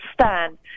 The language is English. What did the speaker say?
stand